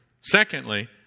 secondly